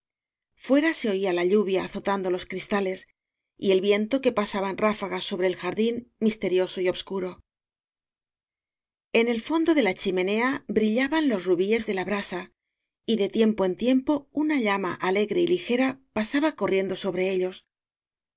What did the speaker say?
fuera se oía la lluvia azo tando los cristales y el viento que pasaba en ráfagas sobre el jardín misterioso y obscuro en el fondo de la chimenea brillaban los ru bíes de la brasa y de tiempo en tiempo una llama alegre y ligera pasaba corriendo so bre ellos